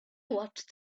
watched